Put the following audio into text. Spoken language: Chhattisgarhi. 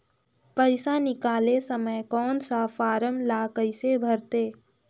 पइसा निकाले समय कौन सा फारम ला कइसे भरते?